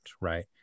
right